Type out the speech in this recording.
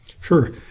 Sure